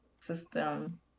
System